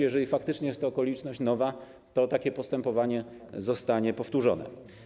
Jeżeli faktycznie jest to okoliczność nowa, to takie postępowanie zostanie powtórzone.